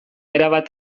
erabat